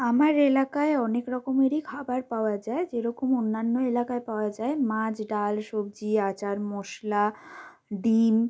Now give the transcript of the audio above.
আমার এলাকায় অনেক রকমেরই খাবার পাওয়া যায় যেরকম অন্যান্য এলাকায় পাওয়া যায় মাজ ডাল সবজি আচার মশলা ডিম